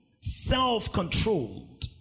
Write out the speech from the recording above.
self-controlled